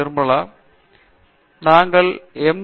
நிர்மலா நாங்கள் எம்